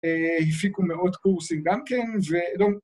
‫הפיקו מאות קורסים גם כן, ולא...